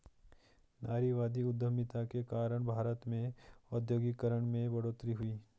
नारीवादी उधमिता के कारण भारत में औद्योगिकरण में बढ़ोतरी हुई